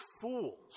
fools